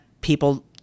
people